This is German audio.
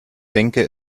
denke